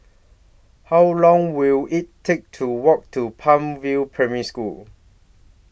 How Long Will IT Take to Walk to Palm View Primary School